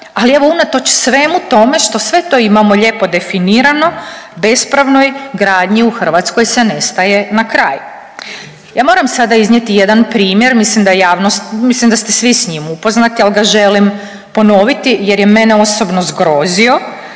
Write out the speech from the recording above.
Ali evo unatoč svemu tome što sve to imamo lijepo definirano bespravnoj gradnji u Hrvatskoj se ne staje na kraj. Ja moram sada iznijeti jedan primjer, mislim da je javnost, mislim da ste svi s njim upoznati, ali ga želim ponoviti jer je mene osobno zgrozio.